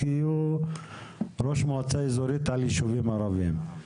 כי הוא ראש מועצה אזורית של ישובים ערבים.